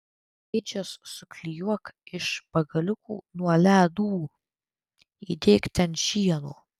ėdžias suklijuok iš pagaliukų nuo ledų įdėk ten šieno